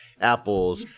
apples